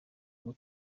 ngo